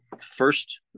first